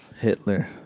Hitler